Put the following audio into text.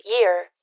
year